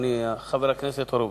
אדוני חבר הכנסת הורוביץ.